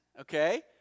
Okay